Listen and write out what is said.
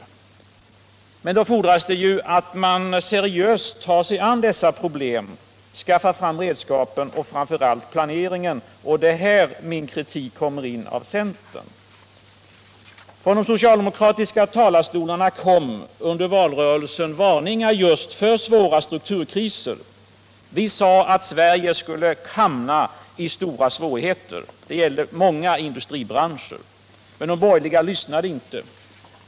Men då fordras det att man seriöst tar sig an dessa problem och skaffar fram redskap och framför allt en planering — och det är här min kritik mot centern kommer in. Från de socialdemokratiska talarstolarna kom under valrörelsen varningar just för svåra strukturkriser. Visade att Sverige skulle hamna i stora svårigheter — det gällde många branscher. Men de borgerliga lyssnade inte.